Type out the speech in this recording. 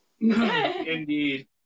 Indeed